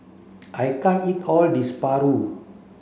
I can't eat all this Paru